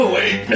Wait